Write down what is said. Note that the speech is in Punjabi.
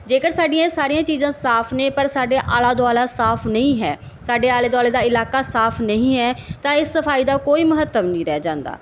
ਜੇਕਰ ਸਾਡੀਆਂ ਇਹ ਸਾਰੀਆਂ ਚੀਜ਼ਾਂ ਸਾਫ਼ ਨੇ ਪਰ ਸਾਡੇ ਆਲਾ ਦੁਆਲਾ ਸਾਫ਼ ਨਹੀਂ ਹੈ ਸਾਡੇ ਆਲੇ ਦੁਆਲੇ ਦਾ ਇਲਾਕਾ ਸਾਫ਼ ਨਹੀਂ ਹੈ ਤਾਂ ਇਸ ਸਫਾਈ ਦਾ ਕੋਈ ਮਹੱਤਵ ਨਹੀਂ ਰਹਿ ਜਾਂਦਾ